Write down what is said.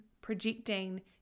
projecting